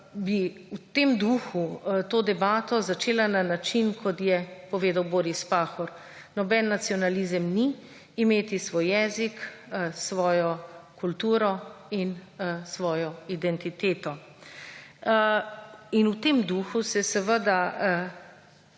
bi v tem duhu to debato začela na način, kot je povedal Boris Pahor, »Noben nacionalizem ni imeti svoj jezik, svojo kulturo in svojo identiteto.«, in v tem duhu se seveda